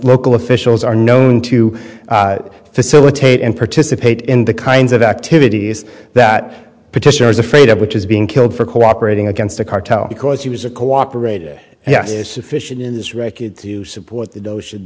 local officials are known to facilitate and participate in the kinds of activities that petitioners afraid of which is being killed for cooperating against the cartel because he was a cooperative yes is sufficient in this racket to support the